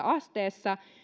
asteessa